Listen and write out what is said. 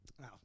Now